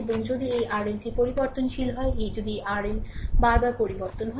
এবং যদি এই RLটি পরিবর্তনশীল হয় যদি এই RL বারবার পরিবর্তন হয়